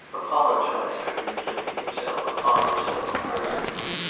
apologized for inflicting himself upon her so unmercifully.